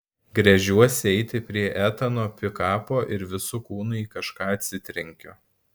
gręžiuosi eiti prie etano pikapo ir visu kūnu į kažką atsitrenkiu